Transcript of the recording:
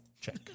Check